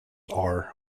are